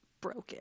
broken